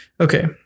Okay